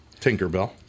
Tinkerbell